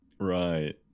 Right